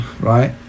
right